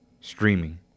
streaming